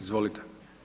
Izvolite.